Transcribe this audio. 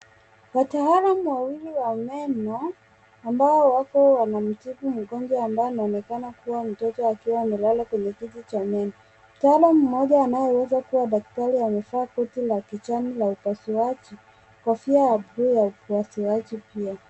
Wataalamu wawili wa meno ambao wako wanamtibu mgonjwa ambaye anaonekana kuwa mtoto akiwa amelala kwenye kiti cha meno. Mtaalamu mmoja anayeweza kuwa daktari amevaa koti la kijani la upasuaji, kofia ya bluu ya upasuaji pia.